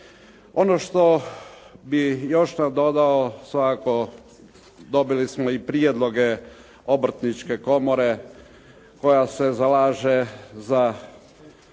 Ono što bih još nadodao svakako dobili smo i prijedloge Obrtničke komore koja se zalaže,